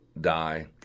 die